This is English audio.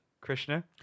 Krishna